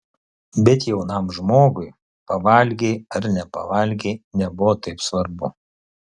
bet jaunam žmogui pavalgei ar nepavalgei nebuvo taip svarbu